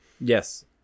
Yes